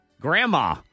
Grandma